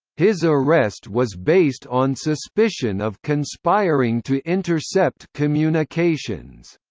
his arrest was based on suspicion of conspiring to intercept communications.